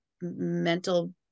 mental